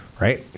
right